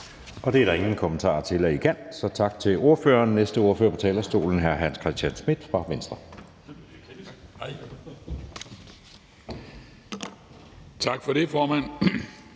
Det er der ingen kommentarer til i kan, så tak til ordføreren. Næste ordfører på talerstolen er hr. Hans Christian Schmidt fra Venstre. Kl. 12:11 (Ordfører)